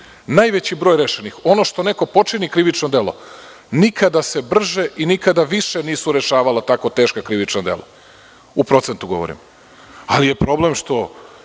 Najveći broj rešenih. Ono što neko počini krivično delo, nikada se brže i više nisu rešavala takva teška krivična dela. O procentu govorim. Ali je problem što